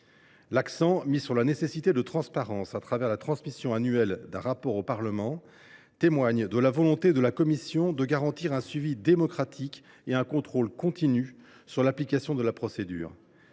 L’accent mis sur la nécessité de transparence, à travers la transmission annuelle d’un rapport au Parlement, témoigne de la volonté de la commission de garantir un suivi démocratique et un contrôle continu sur l’application de la procédure.